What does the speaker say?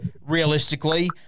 realistically